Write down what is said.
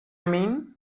mean